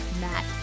Matt